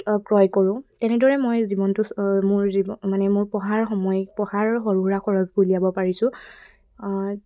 ক্ৰয় কৰোঁ তেনেদৰে মই জীৱনটো মোৰ জীৱ মানে মোৰ পঢ়াৰ সময় পঢ়াৰ সৰু সুৰা খৰচবোৰ উলিয়াব পাৰিছোঁ